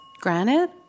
Granite